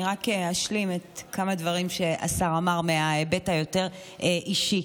אני רק אשלים כמה דברים שהשר אמר מההיבט היותר-אישי.